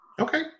okay